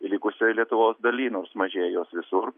likusioj lietuvos daly nors mažėja jos visur